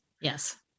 Yes